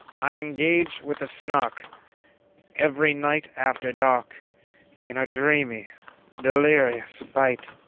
i engage with the snark every night after dark in a dreamy delirious fight